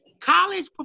College